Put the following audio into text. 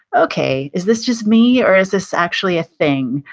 okay, is this just me or is this actually a thing?